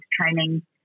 training